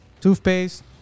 Toothpaste